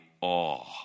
awe